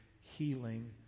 healing